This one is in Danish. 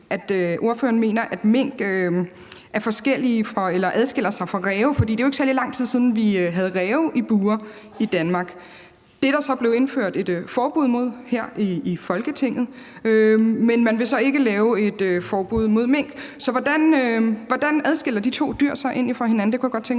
er forskellige fra eller adskiller sig fra ræve, for det er jo ikke særlig lang tid siden, vi havde ræve i bure i Danmark. Det er der så blevet indført et forbud imod her i Folketinget, men man vil så ikke lave et forbud mod mink. Så hvordan adskiller de to dyr sig egentlig fra hinanden? Det kunne jeg godt tænke mig